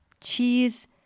cheese